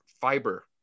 fiber